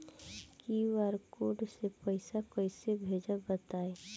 QR code से पईसा कईसे भेजब बताई?